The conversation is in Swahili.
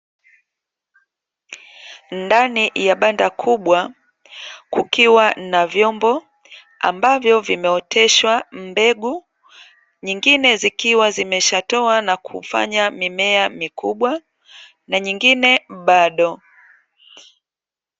Ndani ya banda kubwa kukiwa na vyombo ambavyo vimeoteshawa mbegu, nyingine zikiwa zimeshatoa na kufanya mimea mikubwa na nyingine bado.